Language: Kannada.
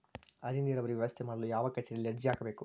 ಹನಿ ನೇರಾವರಿ ವ್ಯವಸ್ಥೆ ಮಾಡಲು ಯಾವ ಕಚೇರಿಯಲ್ಲಿ ಅರ್ಜಿ ಹಾಕಬೇಕು?